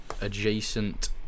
adjacent